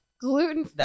Gluten